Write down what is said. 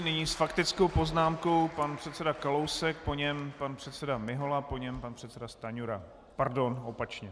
Nyní s faktickou poznámkou pan předseda Kalousek, po něm pan předseda Mihola, po něm pan předseda Stanjura, pardon, opačně, omlouvám se.